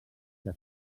que